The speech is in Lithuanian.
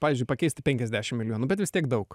pavyzdžiui pakeisti penkiasdešim milijonų bet vis tiek daug